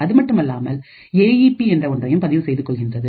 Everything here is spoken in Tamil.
அதுமட்டுமல்லாமல் ஏ இ பி என்ற ஒன்றையும் பதிவு செய்து கொள்கின்றது